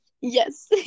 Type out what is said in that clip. Yes